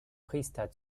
priester